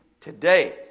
today